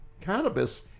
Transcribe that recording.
cannabis